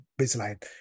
baseline